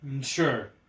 Sure